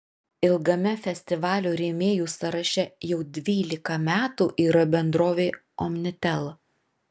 ilgame festivalio rėmėjų sąraše jau dvylika metų yra bendrovė omnitel